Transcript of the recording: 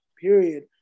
period